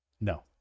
No